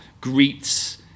greets